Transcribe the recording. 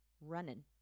running